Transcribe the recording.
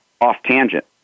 off-tangent